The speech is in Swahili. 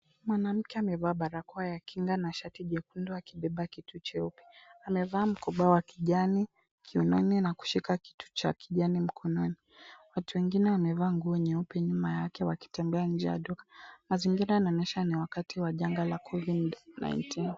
Mwanamke amevaa barakoa ya kinda na shati jekundu, akibeba kitu cheupe. Amevaa mkoba wa kijani kiunoni na kushika kitu cha kijani mkononi. Watu wengine wamevaa nguo nyeupe nyuma yake, wakitembea nje ya duka. Mazingira yanaonyesha ni wakati wa janga la Covid-19.